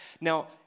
Now